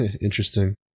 Interesting